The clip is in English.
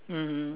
mmhmm